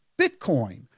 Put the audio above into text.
Bitcoin